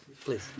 please